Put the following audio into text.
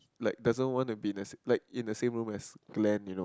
like doesn't want to the like in the same room as Glen you know